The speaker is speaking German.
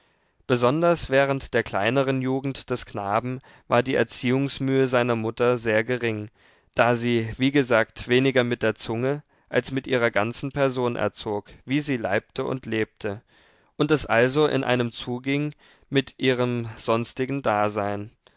besonders während der kleineren jugend des knaben war die erziehungsmühe seiner mutter sehr gering da sie wie gesagt weniger mit der zunge als mit ihrer ganzen person erzog wie sie leibte und lebte und es also in einem zu ging mit ihrem sonstigen dasein